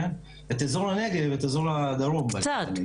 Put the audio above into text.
את אזור הנגב ואזור הדרום --- קצת,